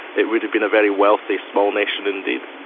it would have been a very wealthy small nation indeed.